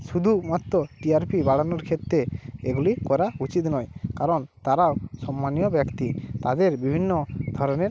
শুদুমাত্র T R P বাড়ানোর ক্ষেত্রে এগুলি করা উচিত নয় কারণ তারা সম্মানীয় ব্যক্তি তাদের বিভন্ন ধরনের